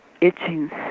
itching